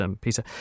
Peter